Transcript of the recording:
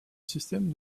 système